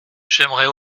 j’aimerais